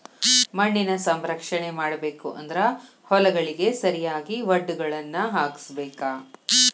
ಮಣ್ಣಿನ ಸಂರಕ್ಷಣೆ ಮಾಡಬೇಕು ಅಂದ್ರ ಹೊಲಗಳಿಗೆ ಸರಿಯಾಗಿ ವಡ್ಡುಗಳನ್ನಾ ಹಾಕ್ಸಬೇಕ